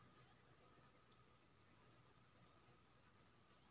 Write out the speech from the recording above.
माटि केर छमता बढ़ाबे लेल कंडीशनर देल जाइ छै